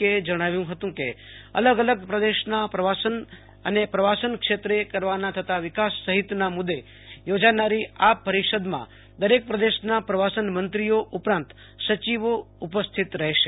કેએ જણાવ્યું હતું કે અલગ અલગ પ્રદેશનાં પ્રવાસન અને પ્રવાસન ક્ષેત્રે કરવાના થતા વિકાસ સહીતનાં મુદ્દે યોજાનારી આ પરિસદમાં દરેક પ્રદેશના પ્રવાસન મંત્રીઓ ઉપરાંત સચિવો ઉપસ્થિત રહેશે